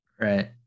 Right